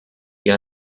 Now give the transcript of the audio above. hier